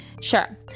Sure